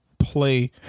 play